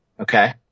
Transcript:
Okay